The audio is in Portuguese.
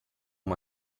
uma